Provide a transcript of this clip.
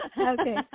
Okay